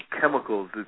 chemicals